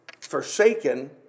forsaken